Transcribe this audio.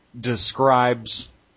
describes